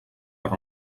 per